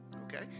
Okay